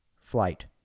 flight